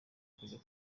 kujya